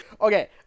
Okay